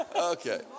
Okay